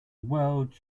world